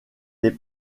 les